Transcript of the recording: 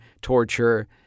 torture